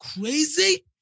crazy